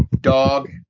dog